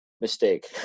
mistake